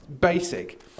basic